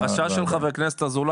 החשש שלך לא היה הפוך,